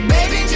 Baby